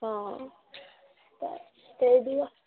हॅं तैं